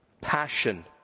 passion